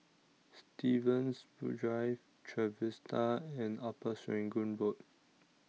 Stevens Drive Trevista and Upper Serangoon Road